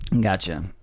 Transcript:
Gotcha